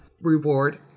reward